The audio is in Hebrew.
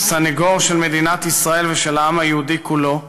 כסנגור של מדינת ישראל ושל העם היהודי כולו,